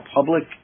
public